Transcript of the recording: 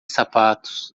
sapatos